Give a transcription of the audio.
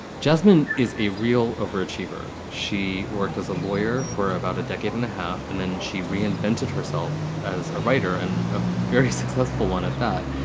jasmine is a real overachiever. she worked as a lawyer for about a decade and a half, and then she reinvented herself as a writer and a very successful one at that.